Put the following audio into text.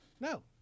no